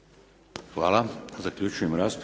Hvala. Zaključujem raspravu.